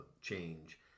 change